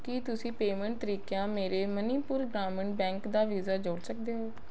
ਕੀ ਤੁਸੀਂਂ ਪੇਮੈਂਟ ਤਰੀਕਿਆਂ ਮੇਰੇ ਮਨੀਪੁਰ ਗ੍ਰਾਮੀਣ ਬੈਂਕ ਦਾ ਵੀਜ਼ਾ ਜੋੜ ਸਕਦੇ ਹੋ